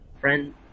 friend